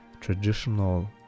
traditional